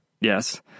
yes